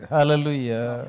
Hallelujah